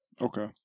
Okay